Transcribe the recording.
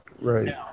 Right